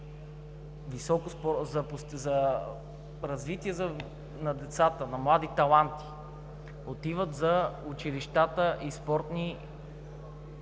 – отиват за развитие на децата, на млади таланти, отиват за училищата и спортни,